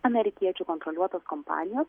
amerikiečių kontroliuotos kompanijos